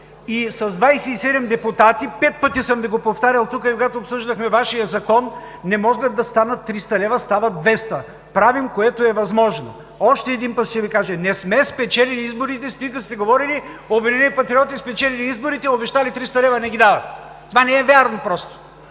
и с 27 депутати – пет пъти съм Ви го повтарял тук, когато обсъждахме Вашия закон, не могат да станат 300 лв., а стават 200 лв. Правим това, което е възможно. Още един път ще Ви кажа: не сме спечелили изборите, стига сте говорили, че „Обединени патриоти“ – спечелили изборите, обещали 300 лв., а не ги дават! Това просто не е вярно. Просто